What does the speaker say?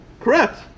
correct